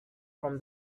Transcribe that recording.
from